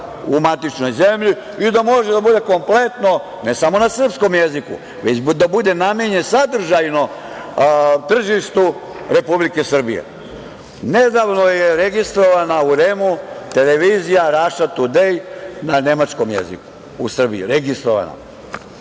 u matičnoj zemlji i da može da bude kompletno ne samo na srpskom jeziku, već da bude namenjen sadržajno tržištu Republike Srbije. Nedavno je registrovana u REM televizija "Raša tudej" na nemačkoj jeziku u Srbiji, registrovano.